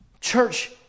church